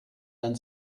dann